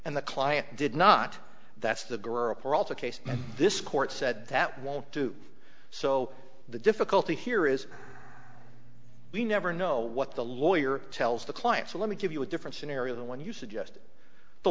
the client did not that's the case this court said that won't do so the difficulty here is we never know what the lawyer tells the client so let me give you a different scenario than when you suggest the